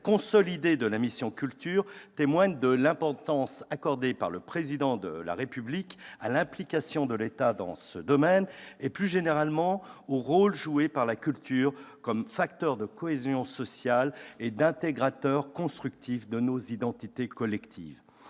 consolidé de la mission « Culture » témoigne de l'importance accordée par le Président de la République à l'implication de l'État dans ce domaine et, plus généralement, au rôle joué par la culture comme facteur de cohésion sociale et d'agrégateur constructif de nos identités collectives.